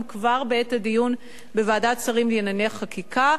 כבר בעת הדיון בוועדת השרים לענייני חקיקה,